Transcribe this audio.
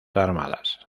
armadas